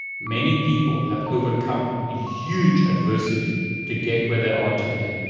many people have overcome huge adversity to get where they are today,